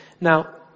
Now